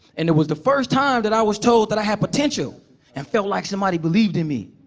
and it was the first time that i was told that i had potential and felt like somebody believed in me.